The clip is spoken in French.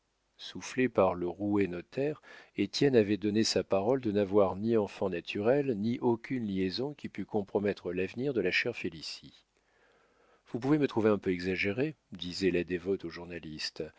soufflé par le roué notaire étienne avait donné sa parole de n'avoir ni enfant naturel ni aucune liaison qui pût compromettre l'avenir de la chère félicie vous pouvez me trouver un peu exagérée disait la dévote au journaliste